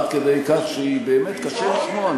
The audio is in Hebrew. עד כדי כך שבאמת קשה לשמוע,